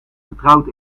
getrouwd